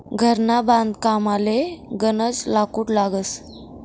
घरना बांधकामले गनज लाकूड लागस